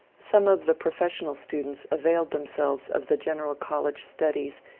some of the professional students availed themselves of the general college studies,